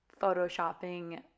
photoshopping